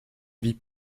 vie